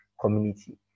community